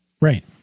right